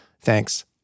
Thanks